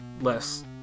less